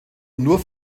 nur